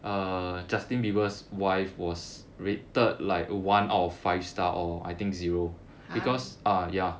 !huh!